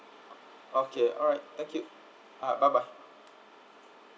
okay alright thank you uh bye bye